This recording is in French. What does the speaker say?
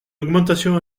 augmentation